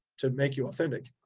to make you authentic.